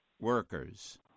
workers—